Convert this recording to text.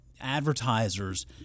advertisers